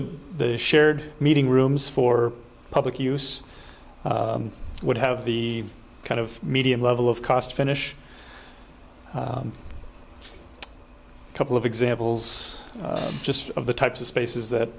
t the shared meeting rooms for public use would have the kind of medium level of cost finish a couple of examples just of the types of spaces that